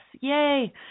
yay